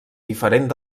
diferent